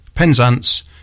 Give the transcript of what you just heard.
Penzance